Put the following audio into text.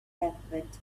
encampment